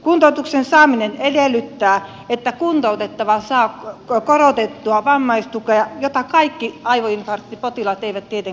kuntoutuksen saaminen edellyttää että kuntoutettava saa korotettua vammaistukea jota kaikki aivoinfarktipotilaat eivät tietenkään saa